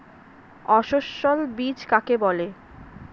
অসস্যল বীজ কাকে বলে?